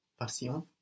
Passion